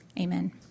Amen